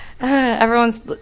Everyone's